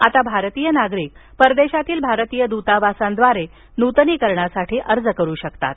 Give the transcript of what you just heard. आता भारतीय नागरिक परदेशातील भारतीय दूतावासांद्वारे नूतनीकरणासाठी अर्ज करु शकतात